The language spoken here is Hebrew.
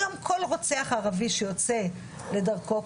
היום כל רוצח ערבי שיוצא לדרכו,